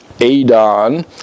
Adon